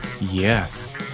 Yes